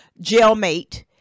jailmate